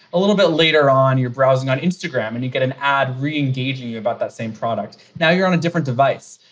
a little bit later on, you're browsing on instagram and you'd get an ad reengaging you about that same product. now you're on a different device.